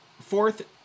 fourth